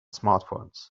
smartphones